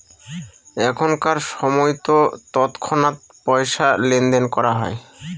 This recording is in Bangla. এখনকার সময়তো তৎক্ষণাৎ পয়সা লেনদেন করা হয়